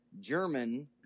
German